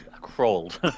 crawled